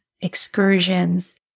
excursions